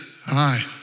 Hi